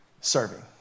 Serving